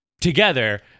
together